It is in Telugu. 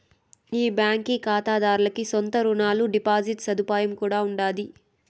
ఈ బాంకీ కాతాదార్లకి సొంత రునాలు, డిపాజిట్ సదుపాయం కూడా ఉండాది